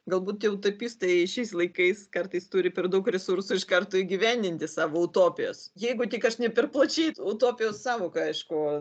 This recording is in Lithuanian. galbūt tie utopistai šiais laikais kartais turi per daug resursų iš karto įgyvendinti savo utopijas jeigu tik aš ne per plačiai utopijos sąvoką aišku